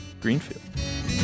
greenfield